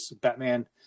Batman